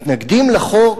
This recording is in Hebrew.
מתנגדים לחוק